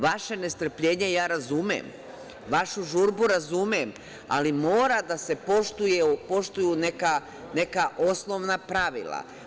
Vaše nestrpljenje ja razumem, vašu žurbu razumem, ali mora da se poštuju neka osnovna pravila.